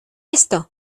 esto